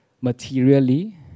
materially